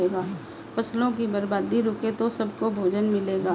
फसलों की बर्बादी रुके तो सबको भोजन मिलेगा